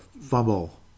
fumble